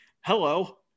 Hello